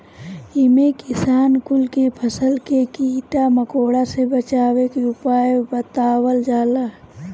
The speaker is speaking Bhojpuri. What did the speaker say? इमे किसान कुल के फसल के कीड़ा मकोड़ा से बचावे के उपाय बतावल जाला